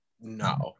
No